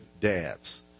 dads